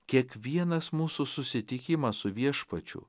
kiekvienas mūsų susitikimas su viešpačiu